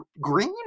Green